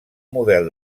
model